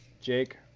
Jake